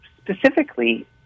specifically